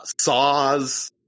saws